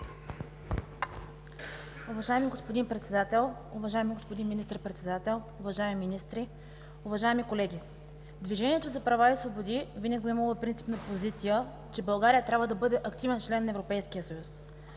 Уважаеми господин Председател, уважаеми господин Министър-председател, уважаеми министри, уважаеми колеги! Движението за права и свободи винаги е имало принципна позиция, че България трябва да бъде активен член на Европейския съюз.